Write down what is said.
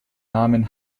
namen